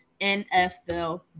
NFL